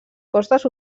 costes